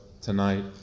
tonight